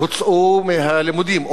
שהוצאו מהלימודים,